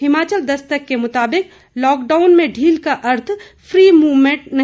हिमाचल दस्तक के मुताबिक लॉकडाउन में ढील का अर्थ फ्री मूवमेंट नहीं